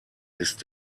ist